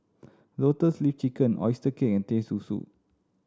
Lotus Leaf Chicken oyster cake and Teh Susu